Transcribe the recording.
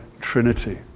Trinity